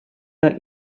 the